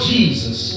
Jesus